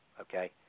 okay